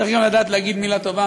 צריך גם לדעת להגיד מילה טובה.